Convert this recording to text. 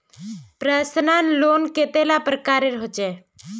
Personal loan कतेला प्रकारेर होचे?